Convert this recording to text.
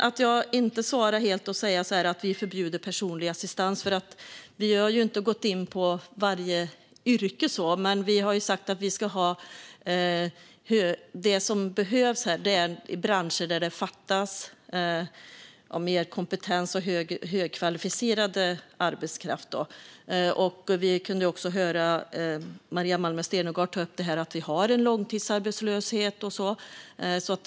Att jag inte säger att vi helt vill förbjuda personlig assistans beror på att vi inte har gått in på vartenda yrke. Men vi har sagt att där det behövs är i branscher där det saknas mer kompetens och högkvalificerad arbetskraft. Även Maria Malmer Stenergard tog ju upp långtidsarbetslösheten.